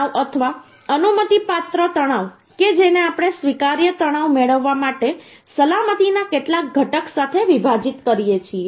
તણાવ અથવા અનુમતિપાત્ર તણાવ કે જેને આપણે સ્વીકાર્ય તણાવ મેળવવા માટે સલામતીના કેટલાક ઘટક સાથે વિભાજીત કરીએ છીએ